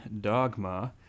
dogma